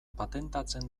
patentatzen